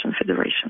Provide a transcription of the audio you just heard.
Federation